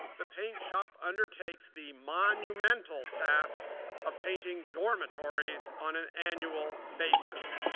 the paint shop undertakes the monumental task of painting dormitories on an annual basis.